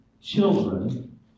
children